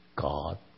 God